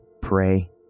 pray